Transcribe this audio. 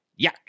Yuck